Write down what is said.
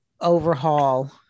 overhaul